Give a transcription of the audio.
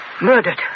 Murdered